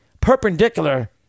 perpendicular